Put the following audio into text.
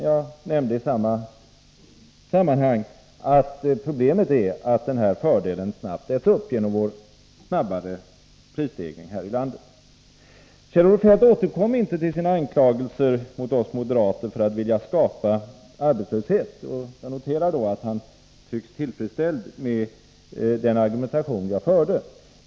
Jag nämnde i detta sammanhang också att problemet är att denna fördel snabbt äts upp genom den snabbare prisstegringen här i landet. Kjell-Olof Feldt återkom inte till sina anklagelser mot oss moderater för att vilja skapa arbetslöshet. Jag noterar då att han tycks tillfredsställd med den argumentation som jag förde.